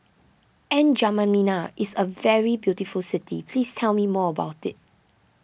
N'Djamena is a very beautiful city please tell me more about it